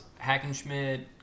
Hackenschmidt